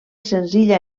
senzilla